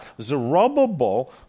Zerubbabel